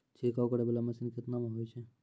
छिड़काव करै वाला मसीन केतना मे होय छै?